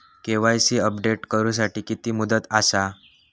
KYC update करू साठी किती मुदत आसा?